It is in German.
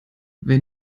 wer